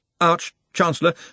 Arch-Chancellor